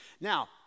Now